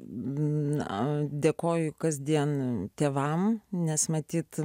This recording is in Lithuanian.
na dėkoju kasdien tėvams nes matyt